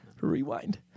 Rewind